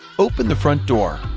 open the front door,